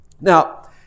Now